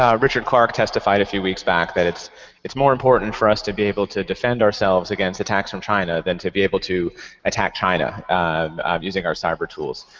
richard clarke testified a few weeks back that it's it's more important for us to be able to defend ourselves against attacks from china than to be able to attack china using our cyber tools.